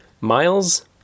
Miles